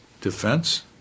defense